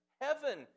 Heaven